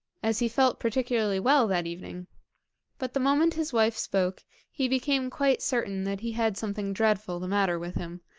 as he felt particularly well that evening but the moment his wife spoke he became quite certain that he had something dreadful the matter with him,